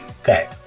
Okay